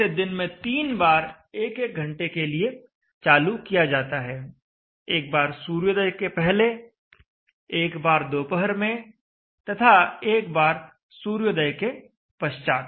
इसे दिन में तीन बार 1 1 घंटे के लिए चालू किया जाता है एक बार सूर्योदय के पहले एक बार दोपहर में तथा एक बार सूर्यास्त के पश्चात